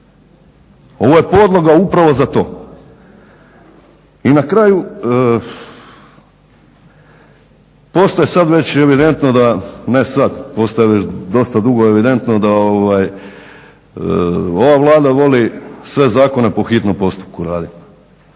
Ovo je podloga upravo za to. I na kraju postaje već sada evidentno, ne sad, postaje već dosta dugo evidentno da ova Vlada voli sve zakone po hitnom postupku raditi.